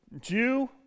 Jew